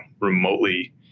remotely